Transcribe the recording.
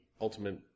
ultimate